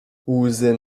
łzy